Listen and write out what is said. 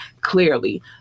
Clearly